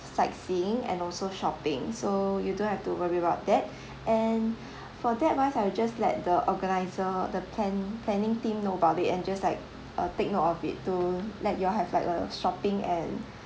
sightseeing and also shopping so you don't have to worry about that and for that wise I will just let the organiser the plan planning team know about it and just like uh take note of it to let you all have like a shopping and